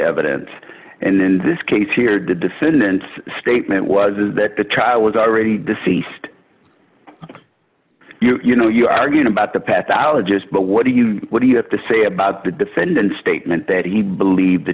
evidence and then this case here descendants statement was that the trial was already deceased you know you are going about the path allergists but what do you what do you have to say about the defendant's statement that he believed the